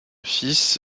fils